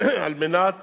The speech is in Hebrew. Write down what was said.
על מנת